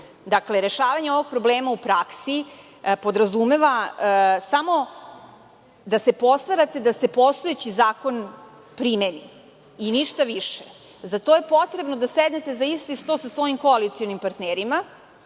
praksi. Rešavanje ovog problema u praksi podrazumeva samo da se postarate da se postojeći zakon primeni i ništa više. Za to je potrebno da sednete za isti sto sa svojim koalicionim partnerima,